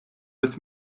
with